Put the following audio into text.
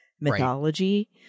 mythology